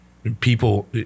people